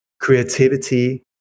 creativity